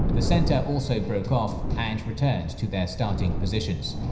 the center also broke off and returned to their starting positions.